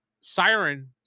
siren